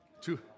Two